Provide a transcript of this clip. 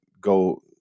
go